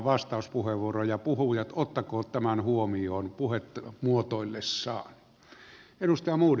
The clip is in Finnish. puhujat ottakoot tämän huomioon puhetta muotoillessaan